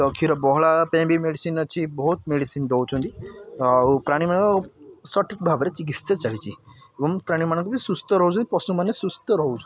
ତ କ୍ଷୀର ବହଳା ହେବା ପାଇଁ ବି ମେଡ଼ିସିନ୍ ଅଛି ବହୁତ ମେଡ଼ିସିନ୍ ଦେଉଛନ୍ତି ଆଉ ପ୍ରାଣୀମାନଙ୍କର ସଠିକ୍ ଭାବରେ ଚିକିତ୍ସା ଚାଲିଛି ଏବଂ ପ୍ରାଣୀମାନଙ୍କୁ ବି ସୁସ୍ଥ ରହୁଛନ୍ତି ପଶୁମାନେ ସୁସ୍ଥ ରହୁଛନ୍ତି